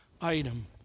item